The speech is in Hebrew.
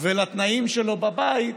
ולתנאים שלו בבית,